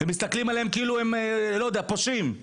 ומסתכלים עליהם כאילו הם, לא יודע, פושעים.